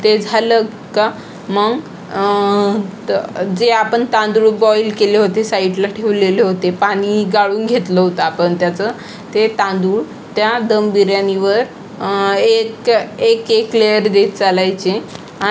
ते झालं का मग तर जे आपण तांदूळ बॉईल केले होते साईटला ठेवलेले होते पाणी गाळून घेतलं होतं आपण त्याचं ते तांदूळ त्या दम बिर्याणीवर एक एक एक लेयर देत चालायचे आणि